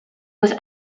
was